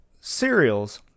cereals